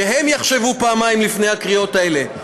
שיחשבו פעמיים לפני הקריאות האלה.